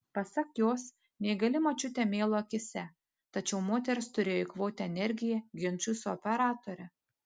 pasak jos neįgali močiutė mėlo akyse tačiau moteris turėjo eikvoti energiją ginčui su operatore